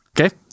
Okay